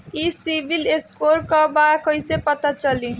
ई civil score का बा कइसे पता चली?